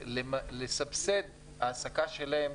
ולסבסד העסקה שלהם,